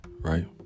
right